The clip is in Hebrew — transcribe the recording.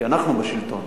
כי אנחנו בשלטון,